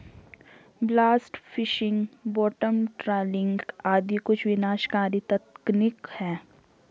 blast fishing, bottom trawling आदि कुछ विनाशकारी तकनीक है